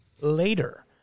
later